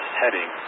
heading